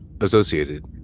associated